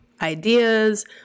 ideas